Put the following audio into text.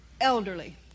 elderly